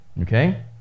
Okay